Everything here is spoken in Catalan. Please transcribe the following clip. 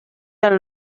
del